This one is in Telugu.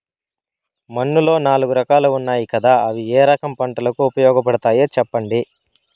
మన్నులో నాలుగు రకాలు ఉన్నాయి కదా అవి ఏ రకం పంటలకు ఉపయోగపడతాయి చెప్పండి?